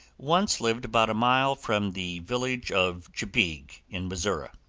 once lived about a mile from the village of jebigue, in missouri.